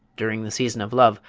during the season of love,